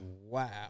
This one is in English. wow